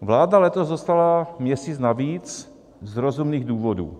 Vláda letos dostala měsíc navíc z rozumných důvodů.